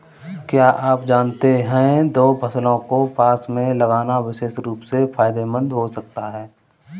क्या आप जानते है दो फसलों को पास में लगाना विशेष रूप से फायदेमंद हो सकता है?